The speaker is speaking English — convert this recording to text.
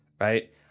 right